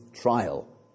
trial